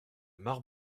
mare